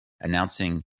announcing